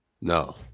No